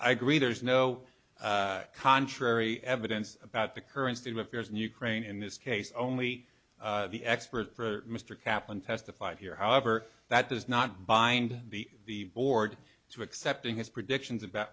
i agree there is no contrary evidence about the current state of affairs in ukraine in this case only the expert for mr kaplan testified here however that does not bind the board to accepting his predictions about